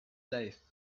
life